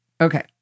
Okay